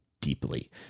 deeply